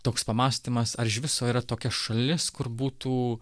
toks pamąstymas ar iš viso yra tokia šalis kur būtų